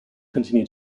continue